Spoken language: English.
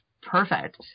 perfect